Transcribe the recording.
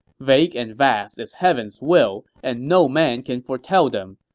vague and vast is heaven's will, and no man can foretell them.